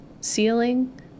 ceiling